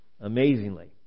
amazingly